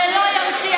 זה לא ירתיע,